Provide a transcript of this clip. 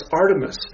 Artemis